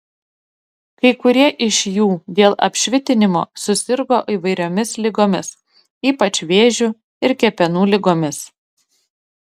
kai kurie iš jų dėl apšvitinimo susirgo įvairiomis ligomis ypač vėžiu ir kepenų ligomis